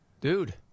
Dude